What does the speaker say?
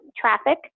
traffic